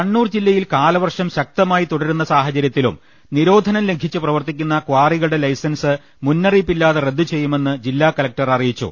കണ്ണൂർ ജില്ലയിൽ കാലവർഷം ശക്തമായി തുടരുന്ന സാഹചരൃ ത്തിലും നിരോധനം ലംഘിച്ച് പ്രവർത്തിക്കുന്ന കാറികളുടെ ലൈസൻസ് മുന്നറിയിപ്പില്ലാതെ റദ്ദ് ചെയ്യുമെന്ന് ജില്ലാ കലക്ടർ അറിയിച്ചു